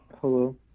Hello